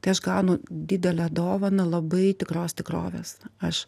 tai aš gaunu didelę dovaną labai tikros tikrovės aš